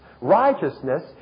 Righteousness